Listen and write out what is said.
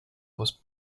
was